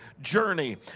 journey